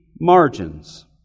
margins